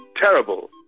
terrible